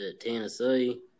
Tennessee